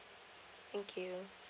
thank you